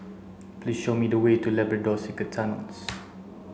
please show me the way to Labrador Secret Tunnels